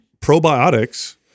probiotics